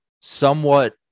somewhat